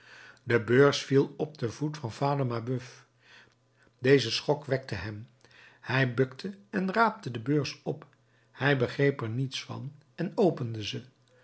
de beurs viel op den voet van vader mabeuf deze schok wekte hem hij bukte en raapte de beurs op hij begreep er niets van en opende ze